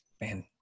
Man